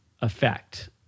effect